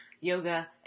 yoga